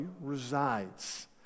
resides